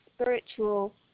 spiritual